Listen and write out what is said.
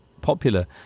popular